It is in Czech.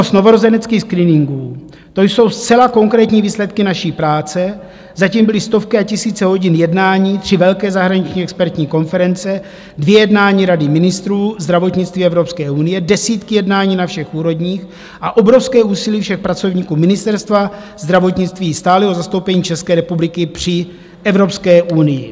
To jsou zcela konkrétní výsledky naší práce, za tím byly stovky a tisíce hodin jednání, tři velké zahraniční expertní konference, dvě jednání Rady ministrů zdravotnictví Evropské unie, desítky jednání na všech úrovních a obrovské úsilí všech pracovníků Ministerstva zdravotnictví, stálého zastoupení České republiky při Evropské unii.